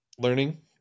learning